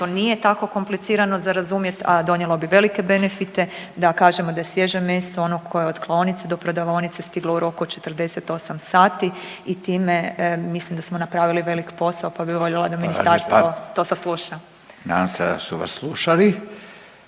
to nije tako komplicirano za razumjet, a donijelo bi velike benefite da kažemo da je svježe meso ono koje je od klaonice do prodavaonice stiglo u roku od 48 sati i time mislim da smo napravili velik posao, pa bi …/Upadica Radin: Hvala lijepa/…voljela